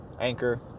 Anchor